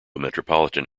metropolitan